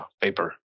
paper